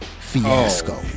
Fiasco